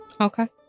Okay